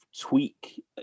tweak